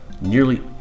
Nearly